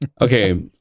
Okay